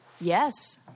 Yes